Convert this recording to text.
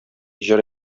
җыр